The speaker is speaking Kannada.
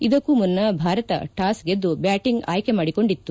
ಇದಕ್ಕೂ ಮುನ್ನ ಭಾರತ ಟಾಸ್ ಗೆದ್ದು ಬ್ಲಾಟಿಂಗ್ ಆಯ್ತೆ ಮಾಡಿಕೊಂಡಿತ್ತು